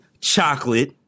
chocolate